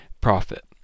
profit